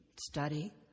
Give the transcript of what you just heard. study